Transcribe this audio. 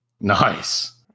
Nice